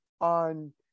on